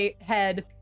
head